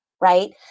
right